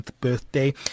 birthday